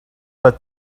but